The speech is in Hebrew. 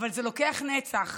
אבל זה לוקח נצח.